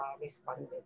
responded